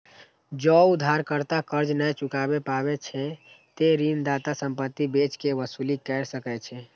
जौं उधारकर्ता कर्ज नै चुकाय पाबै छै, ते ऋणदाता संपत्ति बेच कें वसूली कैर सकै छै